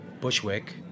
Bushwick